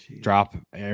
Drop